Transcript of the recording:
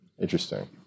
Interesting